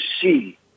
see